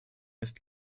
ist